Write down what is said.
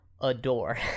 adore